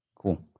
Cool